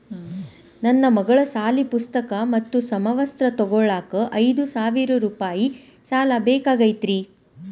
ನನ್ನ ಮಗಳ ಸಾಲಿ ಪುಸ್ತಕ್ ಮತ್ತ ಸಮವಸ್ತ್ರ ತೊಗೋಳಾಕ್ ಐದು ಸಾವಿರ ರೂಪಾಯಿ ಸಾಲ ಬೇಕಾಗೈತ್ರಿ